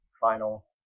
final